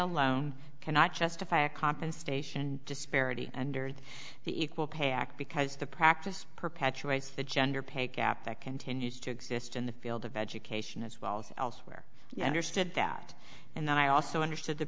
alone cannot justify a comp and station disparity under the equal pay act because the practice perpetuates the gender pay gap that continues to exist in the field of education as well as elsewhere you understood that and then i also understood the